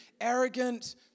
arrogant